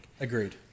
Agreed